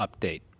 update